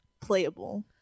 playable